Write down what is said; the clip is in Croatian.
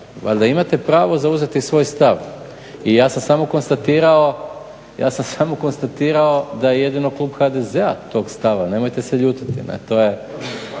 imate pravo zauzeti svoj stav. I ja sam samo konstatirao da je jedino klub HDZ-a tog stava, nemojte se ljutiti